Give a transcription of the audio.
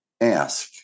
ask